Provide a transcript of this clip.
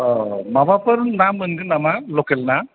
औ माबाफोर ना मोनगोन नामा लखेला ना